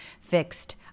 fixed